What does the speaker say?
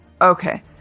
Okay